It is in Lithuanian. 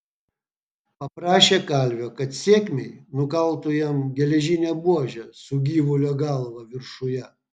paprašė kalvio kad sėkmei nukaltų jam geležinę buožę su gyvulio galva viršuje